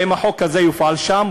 האם החוק הזה יופעל שם?